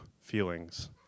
feelings